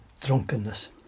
drunkenness